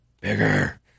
bigger